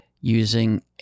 Using